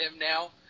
now